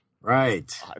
Right